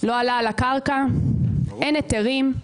לא עלה על הקרקע, אין היתרים,